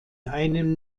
einem